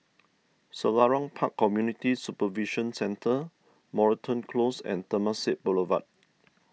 Selarang Park Community Supervision Centre Moreton Close and Temasek Boulevard